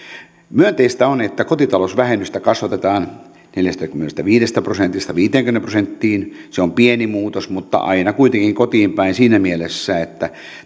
myönteistä on että kotitalousvähennystä kasvatetaan neljästäkymmenestäviidestä prosentista viiteenkymmeneen prosenttiin se on pieni muutos mutta aina kuitenkin kotiinpäin siinä mielessä että